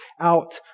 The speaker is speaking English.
out